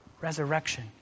resurrection